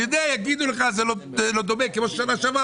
כי אם זה היה דומה לשנה שעברה,